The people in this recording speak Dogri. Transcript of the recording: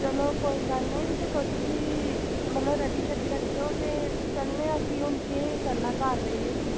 चलो कोई गल्ल नीं ते तुस बी मतलब रैडी शडी रक्खेओ ते चलनेआं ते फ्ही हुन केह् करना घर बेहियै बी